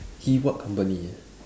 he what company ah